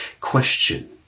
question